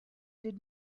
did